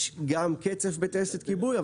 יש גם קצף בטייסת כיבוי,